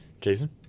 Jason